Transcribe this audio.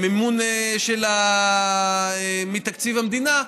מימון מתקציב המדינה,